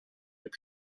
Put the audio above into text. were